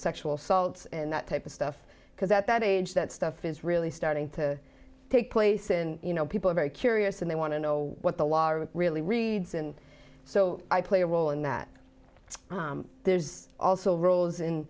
sexual assaults and that type of stuff because at that age that stuff is really starting to take place in you know people are very curious and they want to know what the law really reads and so i play a role in that there's also roles